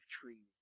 trees